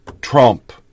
Trump